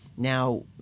now